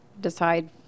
decide